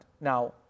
Now